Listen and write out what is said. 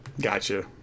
gotcha